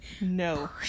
No